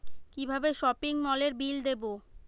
কিভাবে সপিং মলের বিল দেবো?